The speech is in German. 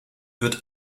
wird